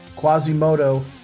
Quasimodo